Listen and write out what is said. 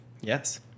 yes